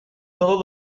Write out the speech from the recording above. todos